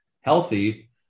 healthy